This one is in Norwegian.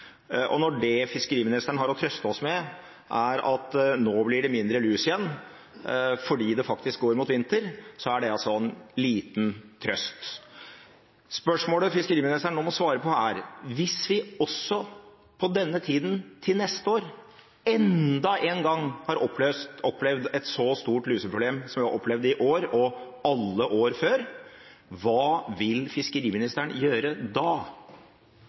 Når det fiskeriministeren har å trøste oss med, er at nå blir det mindre lus igjen fordi det går mot vinter, er det en liten trøst. Spørsmålet fiskeriministeren nå må svare på, er: Hvis vi også på denne tida til neste år enda en gang opplever et så stort luseproblem som vi har opplevd i år og alle år før, hva vil fiskeriministeren gjøre da?